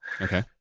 Okay